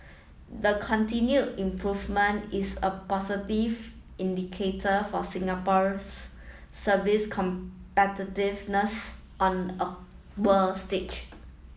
the continue improvement is a positive indicator for Singapore's service competitiveness on a world stage